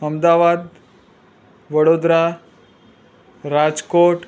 Ahmedabad Vadodara Rajkot